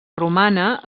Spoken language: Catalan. romana